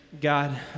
God